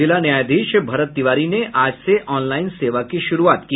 जिला न्यायाधीश भरत तिवारी ने आज से ऑनलाईन सेवा की शुरूआत की